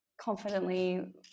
confidently